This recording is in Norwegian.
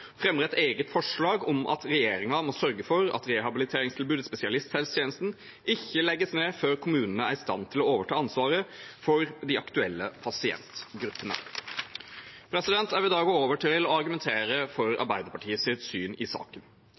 fremmer et eget forslag om at regjeringen må sørge for at rehabiliteringstilbudet i spesialisthelsetjenesten ikke legges ned før kommunene er i stand til å overta ansvaret for de aktuelle pasientgruppene. Jeg vil da gå over til å argumentere for Arbeiderpartiets syn i saken.